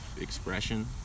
expression